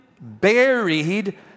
buried